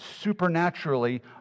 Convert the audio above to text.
supernaturally